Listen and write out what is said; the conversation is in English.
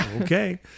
Okay